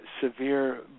severe